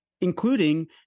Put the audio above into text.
including